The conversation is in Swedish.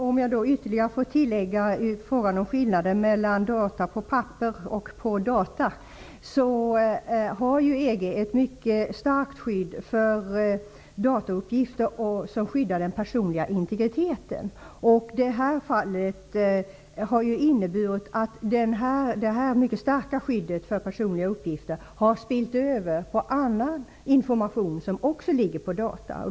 Fru talman! Jag vill göra ett tillägg i frågan om skillnaden mellan information på data och på papper. EG har ett mycket starkt skydd för datauppgifter, som skyddar den personliga integriteten. Det mycket starka skyddet för personliga uppgifter på data har så att säga spillt över till annan information som ligger på data.